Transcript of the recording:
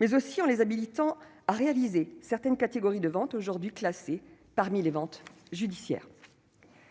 mais aussi en les habilitant à réaliser certaines catégories de ventes aujourd'hui classées parmi les ventes judiciaires.